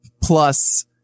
plus